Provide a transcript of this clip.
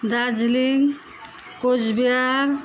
Darjeeling Cooch Behar